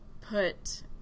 put